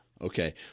Okay